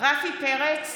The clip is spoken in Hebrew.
רפי פרץ,